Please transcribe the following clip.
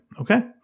okay